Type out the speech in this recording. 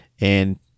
and-